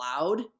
loud